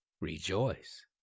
rejoice